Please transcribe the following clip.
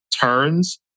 turns